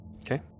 Okay